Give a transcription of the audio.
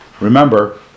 remember